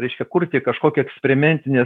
reiškia kurti kažkokią eksperimentinę